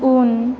उन